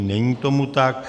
Není tomu tak.